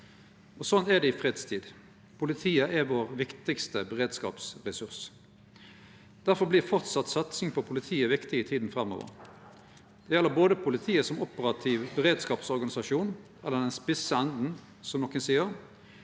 Sånn er det i fredstid. Politiet er vår viktigaste beredskapsressurs. Difor vert fortsett satsing på politiet viktig i tida framover. Det gjeld både politiet som operativ beredskapsorganisasjon – eller den spisse enden, som nokre seier